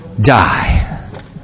die